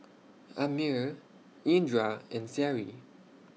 Ammir Indra and Seri